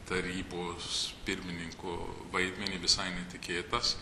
tarybos pirmininku vaidmenį visai netikėtas